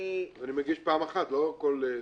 אני מגיש פעם אחת, לא לכל סעיף.